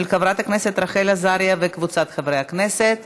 של חברת הכנסת רחל עזריה וקבוצת חברי הכנסת.